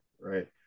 right